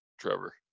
Trevor